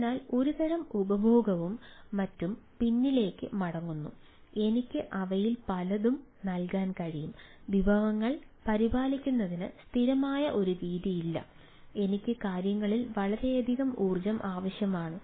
അതിനാൽ ഒരുതരം ഉപഭോഗവും മറ്റും പിന്നിലേക്ക് മടങ്ങുന്നു എനിക്ക് അവയിൽ പലതും നൽകാൻ കഴിയും വിഭവങ്ങൾ പരിപാലിക്കുന്നതിന് സ്ഥിരമായ ഒരു രീതിയില്ല എനിക്ക് കാര്യങ്ങളിൽ വളരെയധികം ഊർജ്ജം ആവശ്യമാണ്